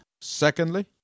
Secondly